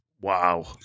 Wow